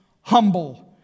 humble